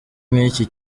nk’iki